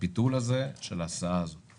הביטול של ההסעה הזו.